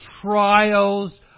trials